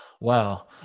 Wow